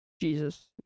Jesus